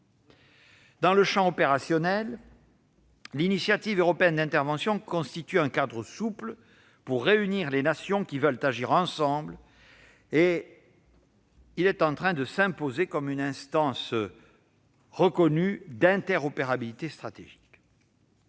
Dans le champ opérationnel, l'Initiative européenne d'intervention constitue un cadre souple pour réunir les nations qui veulent agir ensemble. Elle est en train de s'imposer comme une instance reconnue d'interopérabilité stratégique.